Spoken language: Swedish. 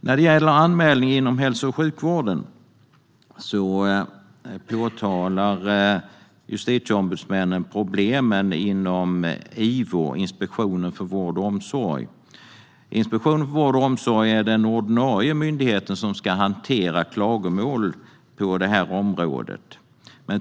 När det gäller anmälningar inom hälso och sjukvården påtalar justitieombudsmännen problemen inom IVO, Inspektionen för vård och omsorg, som är den ordinarie myndighet som ska hantera klagomål på det här området.